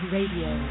Radio